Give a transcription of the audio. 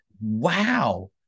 wow